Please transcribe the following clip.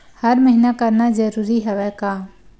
हर महीना करना जरूरी हवय का?